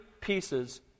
pieces